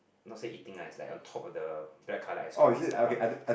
not say eating ah is like on top of the black colour ice cream is like on